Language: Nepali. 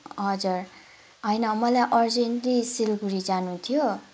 हजुर होइन मलाई अर्जेन्टली सिलगढी जानु थियो